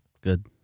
Good